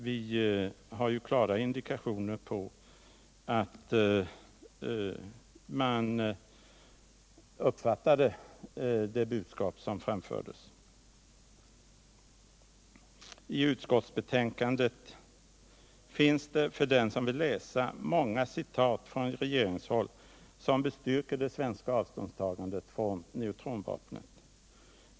Vi har ju klara indikationer på att man uppfattade det budskap som framfördes. I utskottsbetänkandet finns för den som vill fisa många citat från rogeringsuttalanden som bestyrker det svenska avståndstagandet när det gäller neutronvapnet.